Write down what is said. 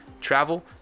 travel